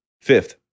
Fifth